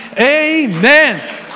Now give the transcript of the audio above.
amen